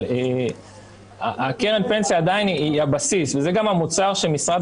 אבל קרן הפנסיה היא עדיין הבסיס וזה גם המוצר שמשרד